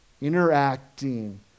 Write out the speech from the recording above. interacting